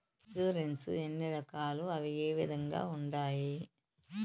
insurance ఎన్ని రకాలు అవి ఏ విధంగా ఉండాయి